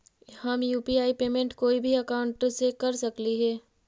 हम UPI payment कोई भी अकाउंट से कर सकली हे?